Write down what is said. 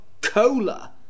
Cola